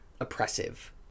oppressive